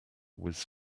was